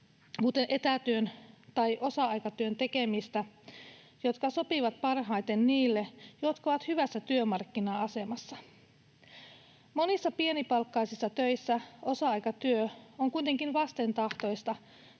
kuten etätyön tai osa-aikatyön tekemistä — jotka sopivat parhaiten niille, jotka ovat hyvässä työmarkkina-asemassa. Monissa pienipalkkaisissa töissä osa-aikatyö on kuitenkin vastentahtoista,